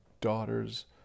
daughters